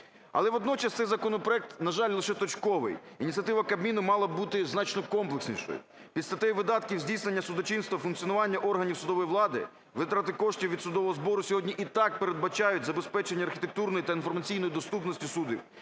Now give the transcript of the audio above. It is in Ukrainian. Але водночас цей законопроект, на жаль, лише точковий. Ініціатива Кабміну мала б бути значно комплекснішою. І статтею видатків здійснення судочинства, функціонування органів судової влади, витрати коштів від судового збору сьогодні і так передбачають забезпечення архітектурної та інформаційної доступності судів